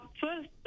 first